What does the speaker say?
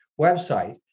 website